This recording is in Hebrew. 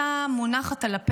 ואומץ.